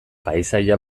paisaia